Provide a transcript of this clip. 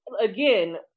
Again